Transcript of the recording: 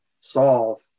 solve